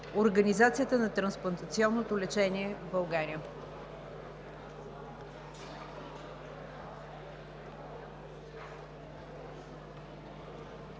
организацията на трансплантационното лечение в България.